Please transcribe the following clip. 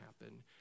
happen